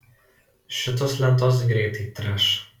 šitos lentos greitai treš